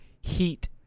heat